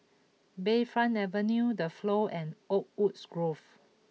Bayfront Avenue The Flow and Oakwoods Grove